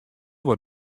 wat